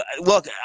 look